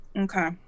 Okay